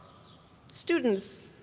students,